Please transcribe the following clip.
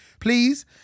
Please